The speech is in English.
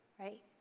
right